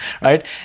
right